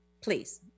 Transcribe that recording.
please